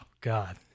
God